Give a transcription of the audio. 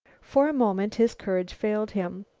for a moment his courage failed him.